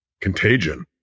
contagion